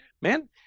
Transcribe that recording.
man